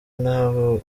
nabo